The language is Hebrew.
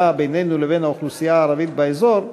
בינינו לבין האוכלוסייה הערבית באזור,